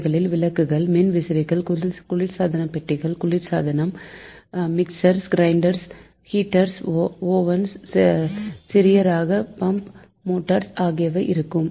இவ்வகையில் விளக்குகள் மின்விசிறிகள் குளிர்பதனபெட்டி குளிர்சாதனம் மிக்சர்ஸ் கிரைண்டர்ஸ் ஹீட்டர்ஸ் ஓவன்ஸ் சிறியரக pump motors lights fans refrigerators air conditioners mixer grinders heaters ovens small pumping motor ஆகியவை இருக்கும்